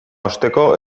osteko